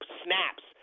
snaps